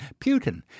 Putin